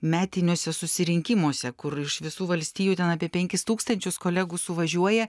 metiniuose susirinkimuose kur iš visų valstijų ten apie penkis tūkstančius kolegų suvažiuoja